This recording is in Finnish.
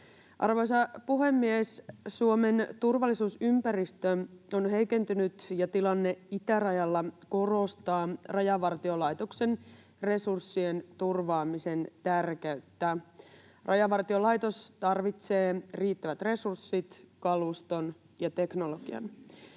Arvoisa puhemies! Suomen turvallisuusympäristö on heikentynyt, ja tilanne itärajalla korostaa Rajavartiolaitoksen resurssien turvaamisen tärkeyttä. Rajavartiolaitos tarvitsee riittävät resurssit, kaluston ja teknologian.